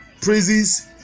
praises